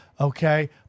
Okay